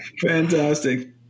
Fantastic